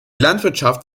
landwirtschaft